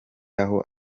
aho